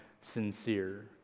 sincere